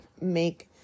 make